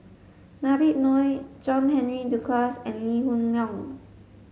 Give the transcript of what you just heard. Nabib Noh John Henry Duclos and Lee Hoon Leong